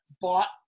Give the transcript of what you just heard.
bought